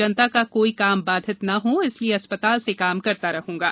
जनता का कोई काम बाधित न हो इसलिए अस्पताल से काम करता रहूंगा